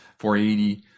480